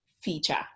feature